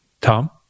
Tom